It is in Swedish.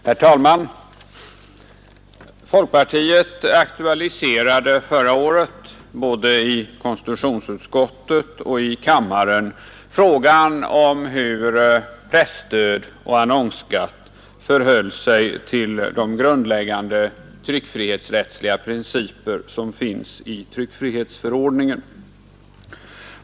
Herr talman! Folkpartiet aktualiserade förra året både i konstitutionsutskottet och i kammaren frågan hur presstöd och annonsskatt förhöll sig till de grundläggande tryckfrihetsrättsliga principer som finns i tryckfrihetsförordningen.